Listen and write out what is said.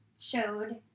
showed